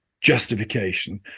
justification